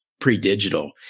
Pre-digital